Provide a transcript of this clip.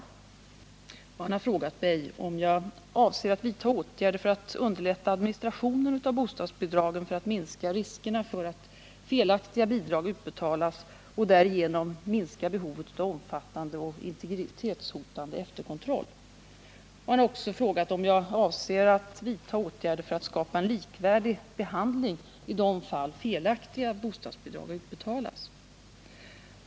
Åke Polstam har frågat mig 1. om jag avser att vidta åtgärder för att underlätta administrationen av bostadsbidragen för att minska riskerna för att felaktiga bidrag utbetalas och därigenom minska behovet av omfattande och integritetshotande efterkontroll, 2. om jag avser att vidta åtgärder för att skapa en likvärdig behandling i de fall felaktiga bostadsbidrag har utbetalats?